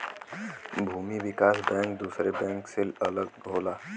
भूमि विकास बैंक दुसरे बैंक से अलग होला